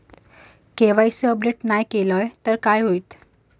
KYC update नाय केलय तर काय होईत?